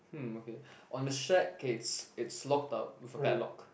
hmm okay on the shack K it's it's locked up with a padlock